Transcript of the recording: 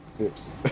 Oops